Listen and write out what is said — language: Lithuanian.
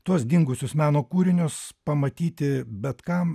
tuos dingusius meno kūrinius pamatyti bet kam